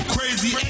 Crazy